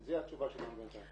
זה התשובה שלנו בינתיים".